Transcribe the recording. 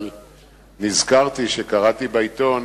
אבל נזכרתי שקראתי בעיתון